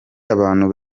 abantu